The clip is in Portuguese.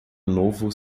novo